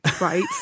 right